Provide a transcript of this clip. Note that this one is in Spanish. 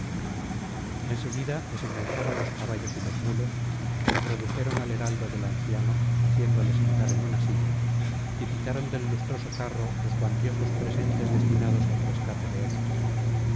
seguida desengancharon los caballos y los mulos introdujeron al heraldo del anciano haciéndole sentar en una silla y quitaron del lustroso carro los cuantiosos presentes destinados al rescate de héctor